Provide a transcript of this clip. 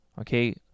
okay